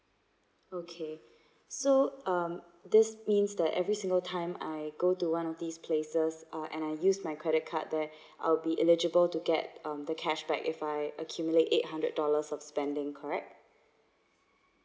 okay so um this means that every single time I go to one of these places uh and I use my credit card there I'll be eligible to get um the cash back if I accumulate eight hundred dollars of spending correct